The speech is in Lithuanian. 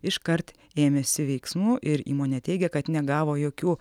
iškart ėmėsi veiksmų ir įmonė teigia kad negavo jokių